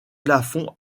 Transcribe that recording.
plafond